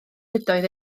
ydoedd